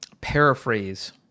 paraphrase